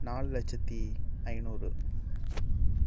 நாலு லட்சத்தி ஐநூறு